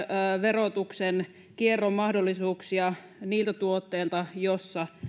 verotuksen kierron mahdollisuuksia niiltä tuotteilta joissa